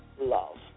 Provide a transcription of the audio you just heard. love